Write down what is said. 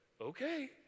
okay